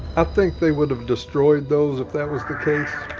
i think they would have destroyed those if that was the case.